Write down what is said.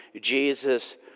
Jesus